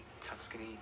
Tuscany